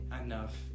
enough